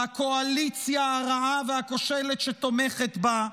והקואליציה הרעה והכושלת שתומכת בה,